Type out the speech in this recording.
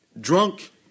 drunk